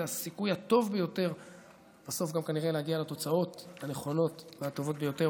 זה הסיכוי הטוב ביותר להגיע בסוף לתוצאות הנכונות והטובות ביותר.